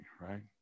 right